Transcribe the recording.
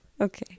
Okay